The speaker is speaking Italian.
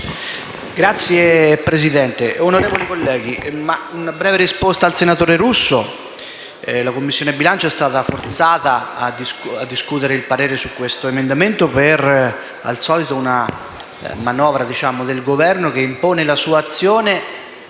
Signor Presidente, onorevoli colleghi, vorrei dare una breve risposta al senatore Russo; la Commissione bilancio è stata forzata a discutere il parere su questo emendamento, come al solito, per una manovra del Governo che impone la sua azione